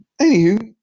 Anywho